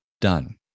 done